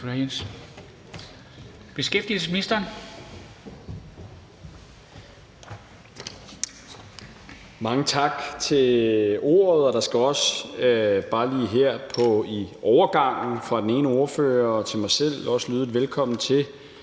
Mange tak for ordet. Der skal også bare lige her i overgangen fra den sidste ordfører til mig selv lyde et velkommen